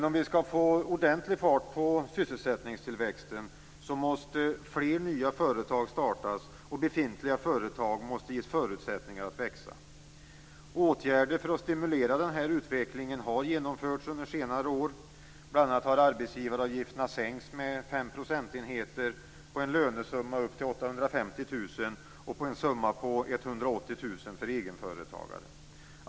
Om vi skall få ordentlig fart på sysselsättningstillväxten måste fler nya företag startas och befintliga företag måste ges förutsättningar att växa. Åtgärder för att stimulera denna utveckling har genomförts under senare år. Bl.a. har arbetsgivaravgifterna sänkts med 5 procentenheter på en lönesumma upp till 850 000 och på en summa på 180 000 för egenföretagare.